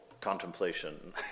contemplation